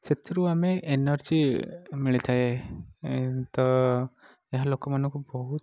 ସେଥିରୁ ଆମେ ଏନର୍ଜୀ ମିଳିଥାଏ ତ ଏହା ଲୋକମାନଙ୍କୁ ବହୁତ